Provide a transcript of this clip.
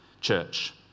church